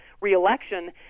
re-election